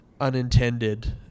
unintended